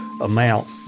amount